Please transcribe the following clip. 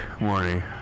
morning